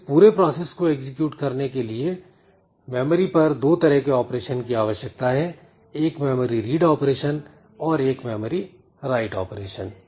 इस पूरे प्रोसेस को एग्जीक्यूट करने के लिए मेमोरी पर दो तरह के ऑपरेशन की आवश्यकता है एक मेमोरी रीड ऑपरेशन और एक मेमोरी राइट ऑपरेशन